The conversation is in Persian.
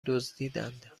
دزدیدند